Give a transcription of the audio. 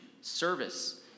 service